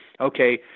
okay